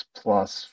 plus